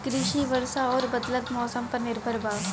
कृषि वर्षा आउर बदलत मौसम पर निर्भर बा